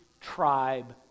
tribe